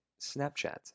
Snapchat